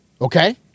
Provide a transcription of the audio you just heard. Okay